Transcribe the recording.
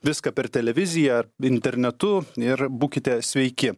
viską per televiziją internetu ir būkite sveiki